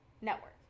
network